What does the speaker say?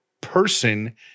person